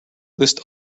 list